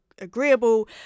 agreeable